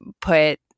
put